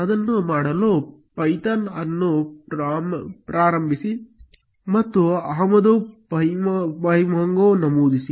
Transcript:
ಅದನ್ನು ಮಾಡಲು ಪೈಥಾನ್ ಅನ್ನು ಪ್ರಾರಂಭಿಸಿ ಮತ್ತು ಆಮದು pymongo ನಮೂದಿಸಿ